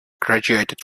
graduated